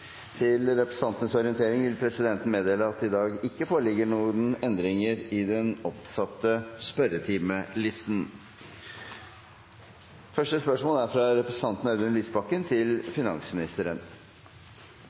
Til representantenes orientering vil presidenten meddele at det i dag ikke foreligger noen endringer i den oppsatte spørsmålslisten. Jeg vil gjerne stille følgende spørsmål til finansministeren: «På spørsmål fra